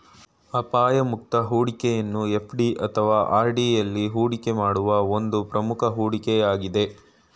ಅಪಾಯ ಮುಕ್ತ ಹೂಡಿಕೆಯನ್ನು ಎಫ್.ಡಿ ಅಥವಾ ಆರ್.ಡಿ ಎಲ್ಲಿ ಹೂಡಿಕೆ ಮಾಡುವ ಒಂದು ಪ್ರಮುಖ ಹೂಡಿಕೆ ಯಾಗಿದೆ